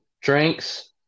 drinks